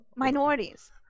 minorities